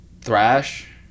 thrash